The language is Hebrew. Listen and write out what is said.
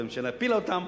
והממשלה הפילה אותן,